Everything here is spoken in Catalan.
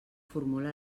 formula